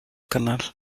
canal